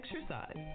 exercise